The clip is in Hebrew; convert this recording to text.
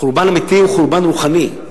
חורבן אמיתי הוא חורבן רוחני,